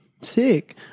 Sick